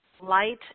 light